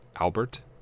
Albert